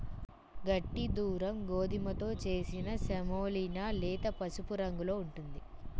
గట్టి దురుమ్ గోధుమతో చేసిన సెమోలినా లేత పసుపు రంగులో ఉంటుంది